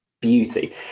beauty